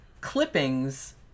clippings